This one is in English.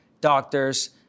doctors